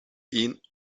ihn